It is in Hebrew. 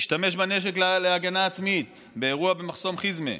השתמש בנשק להגנה עצמית באירוע במחסום חיזמה,